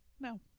No